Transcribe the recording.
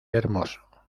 hermoso